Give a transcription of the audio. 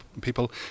people